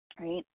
right